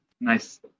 nice